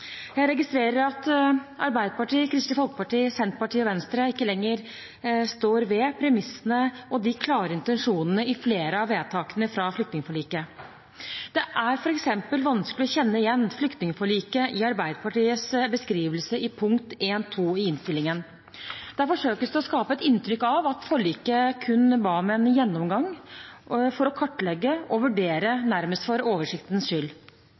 Jeg registrerer at Arbeiderpartiet, Kristelig Folkeparti, Senterpartiet og Venstre ikke lenger står ved premissene og de klare intensjonene i flere av vedtakene fra flyktningforliket. Det er f.eks. vanskelig å kjenne igjen flyktningforliket i Arbeiderpartiets beskrivelse i punkt 1.2 i innstillingen. Der forsøkes det å skape et inntrykk av at forliket kun ba om en «gjennomgang», for å «kartlegge» og «vurdere», nærmest for oversiktens skyld.